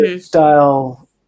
style